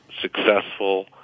successful